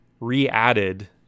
re-added